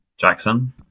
Jackson